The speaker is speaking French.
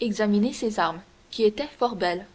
examiné ses armes qui étaient fort belles